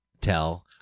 tell